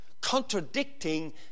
contradicting